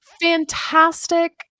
fantastic